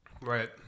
Right